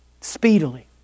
speedily